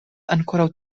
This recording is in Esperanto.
ankoraŭ